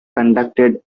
conducted